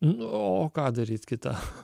nu o ką daryt kitą